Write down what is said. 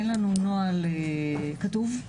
אין לנו נוהל כתוב,